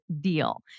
deal